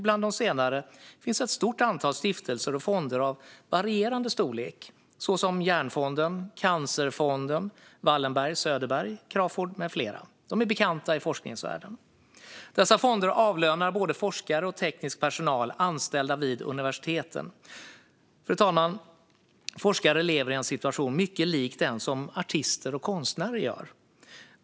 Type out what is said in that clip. Bland de senare finns ett stort antal stiftelser och fonder av varierande storlek, såsom Hjärnfonden, Cancerfonden, Wallenberg, Söderberg, Crafoord med flera. Dessa fonder är bekanta i forskningsvärlden och avlönar både forskare och teknisk personal anställda vid universiteten. Fru talman! Forskare lever i en situation mycket lik artisters och konstnärers.